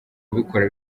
ubikora